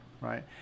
Right